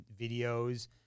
videos